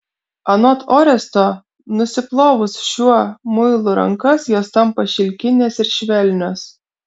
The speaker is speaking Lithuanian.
anot oresto nusiplovus šiuo muilu rankas jos tampa šilkinės ir švelnios